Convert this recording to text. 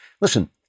Listen